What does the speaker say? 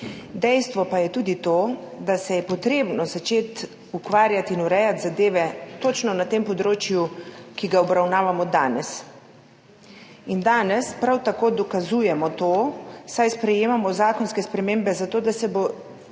dejstvo pa je tudi to, da se je potrebno začeti ukvarjati in urejati zadeve točno na tem področju, ki ga obravnavamo danes. Danes tako dokazujemo prav to, saj sprejemamo zakonske spremembe za to, da se bo povečalo,